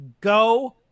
Go